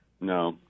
No